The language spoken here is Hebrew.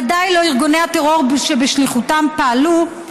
וודאי לא ארגוני הטרור שבשליחותם פעלו,